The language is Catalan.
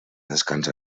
descans